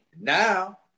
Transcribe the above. now